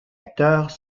acteurs